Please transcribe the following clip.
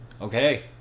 Okay